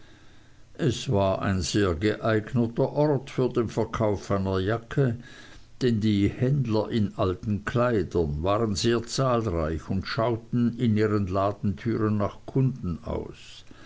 es war ein sehr geeigneter ort für den verkauf einer jacke denn die händler in alten kleidern waren sehr zahlreich und schauten in ihren ladentüren nach kunden aus